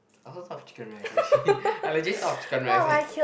I also thought of chicken rice actually I legit thought of chicken rice leh